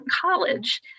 college